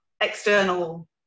external